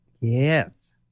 Yes